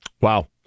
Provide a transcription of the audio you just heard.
Wow